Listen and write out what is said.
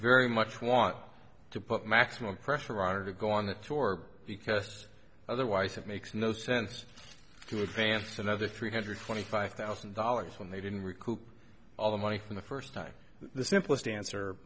very much want to put maximum pressure on her to go on the tour because otherwise it makes no sense to advance another three hundred twenty five thousand dollars when they didn't recoup all the money from the first time the simplest answer